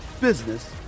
business